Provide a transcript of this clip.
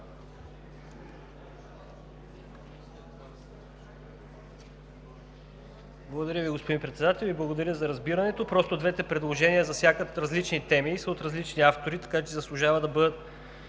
Благодаря Ви, господин Председател. Благодаря за разбирането. Двете предложения засягат различни теми и са от различни автори, така че заслужават да бъдат